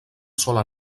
sola